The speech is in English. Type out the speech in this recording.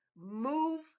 move